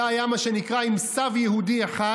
שזה היה מה שנקרא עם סב יהודי אחד,